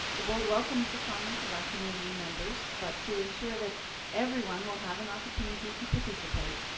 the board welcomes the comments of our community members, but to ensure that everyone will have an opportunity to participate,